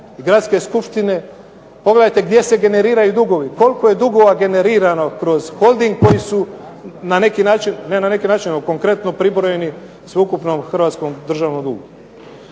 i gradske skupštine, pogledajte gdje se generiraju dugovi. Koliko je dugova generirano kroz Holding koji su na neki način, ne na neki način nego konkretno pribrojeni sveukupnom hrvatskom državnom dugu.